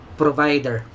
provider